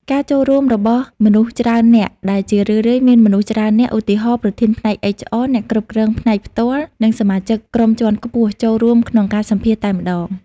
ការចូលរួមរបស់មនុស្សច្រើននាក់ ដែលជារឿយៗ មានមនុស្សច្រើននាក់ (ឧទាហរណ៍៖ ប្រធានផ្នែក HR អ្នកគ្រប់គ្រងផ្នែកផ្ទាល់ និងសមាជិកក្រុមជាន់ខ្ពស់) ចូលរួមក្នុងការសម្ភាសន៍តែម្ដង។